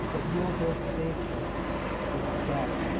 that your daughter beatrice is dead.